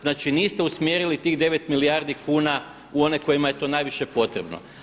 Znači niste usmjerili tih 9 milijardi kuna u one kojima je to najviše potrebno.